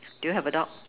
do you have a dog